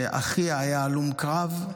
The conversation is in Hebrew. שאחיה היה הלום קרב.